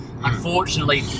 Unfortunately